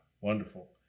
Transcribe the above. wonderful